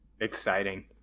Exciting